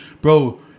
bro